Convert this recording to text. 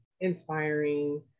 inspiring